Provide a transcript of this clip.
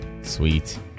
Sweet